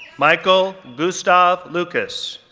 michael gustav lucas,